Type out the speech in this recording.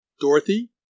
Dorothy